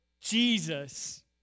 Jesus